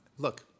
Look